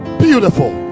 beautiful